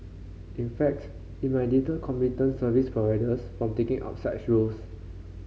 in fact it might deter competent service providers from taking up such roles